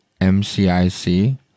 MCIC